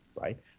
Right